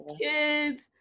Kids